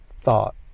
thought